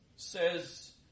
says